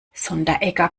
sonderegger